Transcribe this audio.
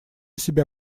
себя